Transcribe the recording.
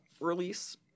release